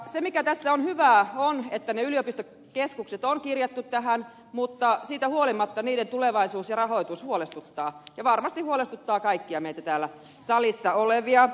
se mikä tässä on hyvää on että ne yliopistokeskukset on kirjattu tähän mutta siitä huolimatta niiden tulevaisuus ja rahoitus huolestuttaa ja varmasti huolestuttaa kaikkia meitä täällä salissa olevia